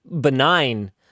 benign